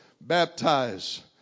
baptize